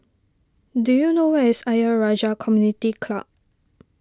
do you know where is Ayer Rajah Community Club